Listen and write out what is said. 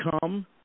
come